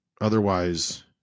otherwise